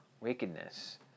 wickedness